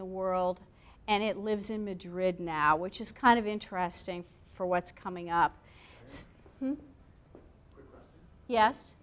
the world and it lives in madrid now which is kind of interesting for what's coming up so yes